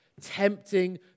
tempting